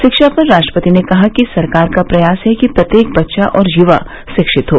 शिक्षा पर राष्ट्रपति ने कहा कि सरकार का प्रयास है कि प्रत्येक बच्चा और युवा शिक्षित हो